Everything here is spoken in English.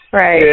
Right